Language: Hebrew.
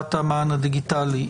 מסירת המען הדיגיטלי.